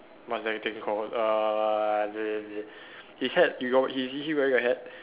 what's that thing called uh the his hat you got he is he wearing a hat